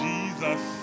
Jesus